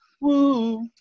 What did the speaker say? Woo